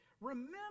remember